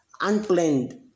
unplanned